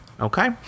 okay